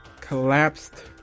collapsed